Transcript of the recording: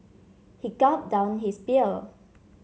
he gulped down his beer